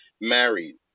married